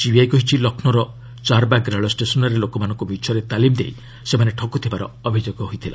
CBI କହିଛି ଲକ୍ଷ୍ନୌର ଚାର୍ବାଗ ରେଳଷ୍ଟେସନ୍ରେ ଲୋକମାନଙ୍କୁ ମିଛରେ ତାଲିମ ଦେଇ ସେମାନେ ଠକୁଥିବାର ଅଭିଯୋଗ ହୋଇଥିଲା